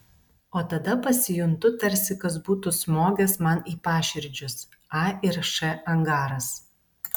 o tada pasijuntu tarsi kas būtų smogęs man į paširdžius a ir š angaras